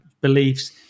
beliefs